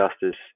Justice